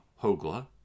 Hogla